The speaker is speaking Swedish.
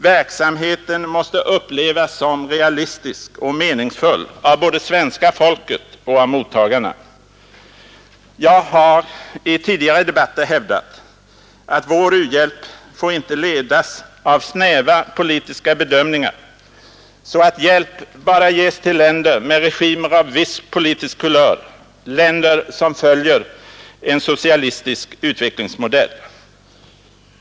Verksainheten måste upplevas som realistisk och meningsfull av både svenska folket och mottagarna. Jag har i tidigare debatter hävdat att vår u-hjälp inte får ledas av snäva politiska bedömningar så att hjälp bara ges till länder med regimer av viss politisk kulör, länder som följer en socialistisk utvecklingsmodell.